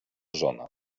żona